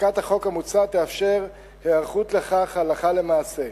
חקיקת החוק המוצע תאפשר היערכות לכך הלכה למעשה.